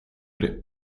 the